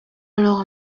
alors